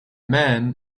man